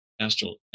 astral